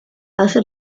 hace